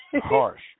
harsh